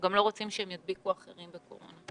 גם לא רוצים שהם ידביקו אחרים בקורונה,